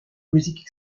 musique